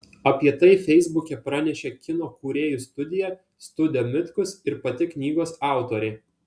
apie tai feisbuke pranešė kino kūrėjų studija studio mitkus ir pati knygos autorė